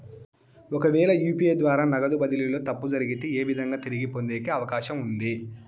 ఒకవేల యు.పి.ఐ ద్వారా నగదు బదిలీలో తప్పు జరిగితే, ఏ విధంగా తిరిగి పొందేకి అవకాశం ఉంది?